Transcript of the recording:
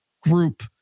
group